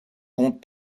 compte